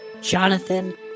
Jonathan